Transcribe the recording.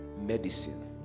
medicine